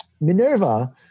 Minerva